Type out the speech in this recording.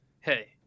Hey